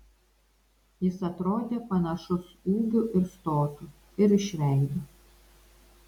jis atrodė panašus ūgiu ir stotu ir iš veido